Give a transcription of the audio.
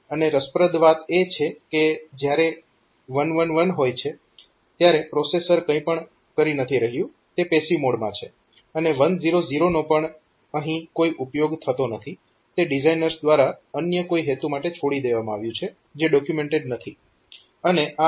અને રસપ્રદ વાત એ છે કે જયારે 1 1 1 હોય છે ત્યારે પ્રોસેસર કંઈ પણ કરી નથી રહ્યું તે પેસિવ મોડમાં છે અને 1 0 0 નો પણ અહીં કોઈ ઉપયોગ થતો નથી તે ડિઝાઇનર્સ દ્વારા અન્ય કોઈ હેતુ માટે છોડી દેવામાં આવ્યુ છે જે ડોક્યુમેન્ટેડ નથી